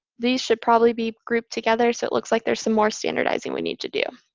these should probably be grouped together. so it looks like there's some more standardizing we need to do.